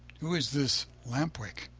who is this lamp-wick?